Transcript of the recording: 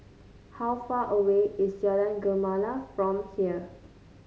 how far away is Jalan Gemala from here